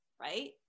right